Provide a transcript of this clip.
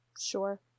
Sure